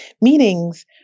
meetings